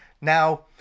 Now